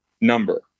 number